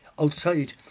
outside